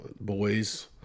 boys